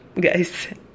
guys